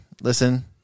listen